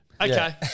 Okay